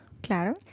Claro